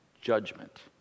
judgment